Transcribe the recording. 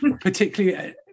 particularly